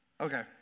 Okay